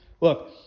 Look